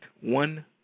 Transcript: one